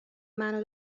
منو